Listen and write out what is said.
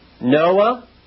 Noah